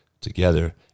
together